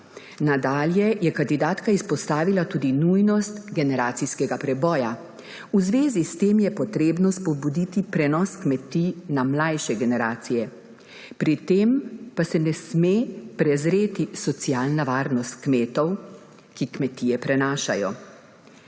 Nadalje je kandidatka izpostavila tudi nujnost generacijskega preboja. V zvezi s tem je treba spodbuditi prenos kmetij na mlajše generacije. Pri tem pa se ne sme prezreti socialne varnosti kmetov, ki kmetije prenašajo.